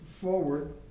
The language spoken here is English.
forward